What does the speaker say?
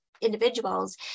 individuals